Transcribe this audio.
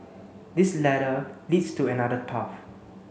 this ladder leads to another path